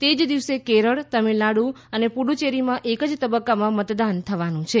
તે જ દિવસે કેરળ તમિળનાડુ અને પુડુચ્ચેરીમાં એક જ તબક્કામાં મતદાન થવાનું છે